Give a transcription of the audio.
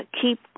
keep